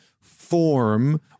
form